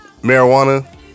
marijuana